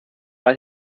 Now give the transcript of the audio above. ball